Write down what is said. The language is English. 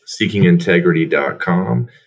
seekingintegrity.com